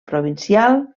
provincial